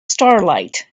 starlight